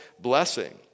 blessing